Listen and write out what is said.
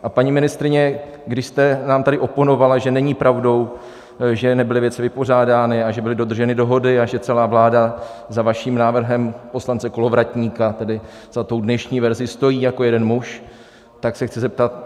A paní ministryně, když jste nám tady oponovala, že není pravdou, že nebyly věci vypořádány, a že byly dodrženy dohody a že celá vláda za vaším návrhem, poslance Kolovratníka, tedy za tou dnešní verzí, stojí jako jeden muž, tak se chci zeptat.